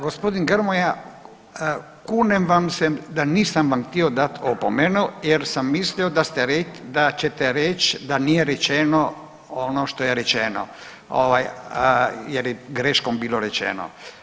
Gospodin Grmoja kunem vam se da nisam vam htio dati opomenu jer sam mislio da ćete reći da nije rečeno ono što je rečeno jer je greškom bilo rečeno.